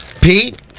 Pete